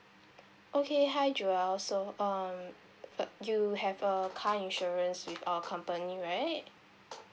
okay hi joel so um uh you have a car insurance with our company right